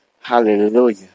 Hallelujah